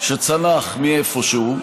שצנח מאיפשהו.